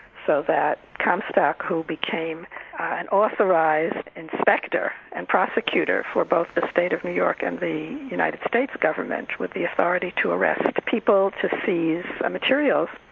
so that comstock, who became an authorised inspector and prosecutor for both the state of new york and the united states government, with the authority to arrest like people, to seize materials.